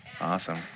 Awesome